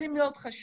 זה מאוד חשוב.